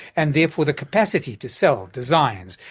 and therefore the capacity to sell designs,